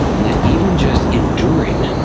and that even just enduring,